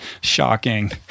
Shocking